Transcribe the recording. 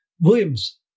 Williams